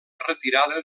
retirada